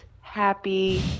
happy